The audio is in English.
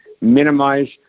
minimize